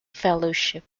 fellowship